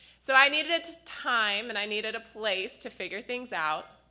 so, i needed time, and i needed a place to figure things out.